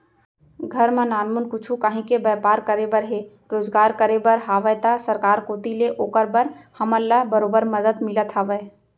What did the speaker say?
घर म नानमुन कुछु काहीं के बैपार करे बर हे रोजगार करे बर हावय त सरकार कोती ले ओकर बर हमन ल बरोबर मदद मिलत हवय